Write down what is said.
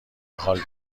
حال